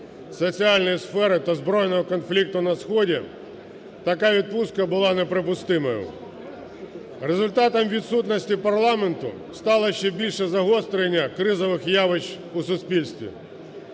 соціальній сфері та збройного конфлікту на сході така відпустка була неприпустимою. Результатом відсутності парламенту стало ще більше загострення кризових явищ у суспільстві.